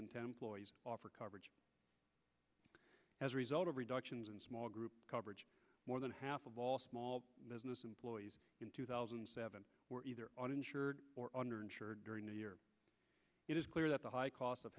ten employees offer coverage as a result of reductions and small group coverage more than half of all small business employees in two thousand and seven were either uninsured or under insured during the year it is clear that the high cost of